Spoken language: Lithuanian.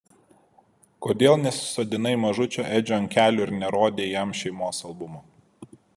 kodėl nesisodinai mažučio edžio ant kelių ir nerodei jam šeimos albumo